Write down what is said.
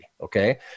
okay